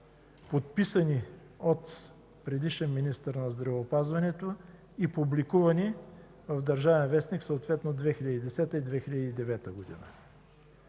подписани от предишен министър на здравеопазването и публикувани в „Държавен вестник” – съответно през 2010 и